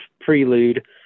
prelude